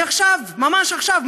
ממש עכשיו,